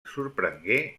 sorprengué